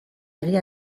egia